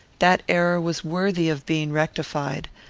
that error was worthy of being rectified,